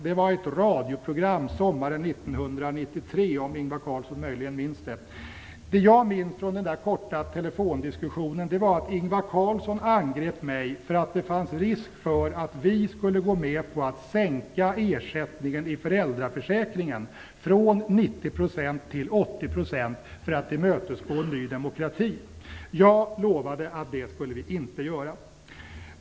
Det var i ett radioprogram sommaren 1993 - om Ingvar Carlsson möjligen minns det. Det jag minns från den korta telefondiskussionen var att Ingvar Carlsson angrep mig för att det fanns risk för att vi skulle gå med på att sänka ersättningen i föräldraförsäkringen från 90 % till 80 % för att tillmötesgå Ny demokrati. Jag lovade att vi inte skulle göra det.